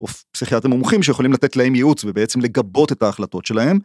פסיכיאטרים מומחים שיכולים לתת להם ייעוץ ובעצם לגבות את ההחלטות שלהם.